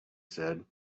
said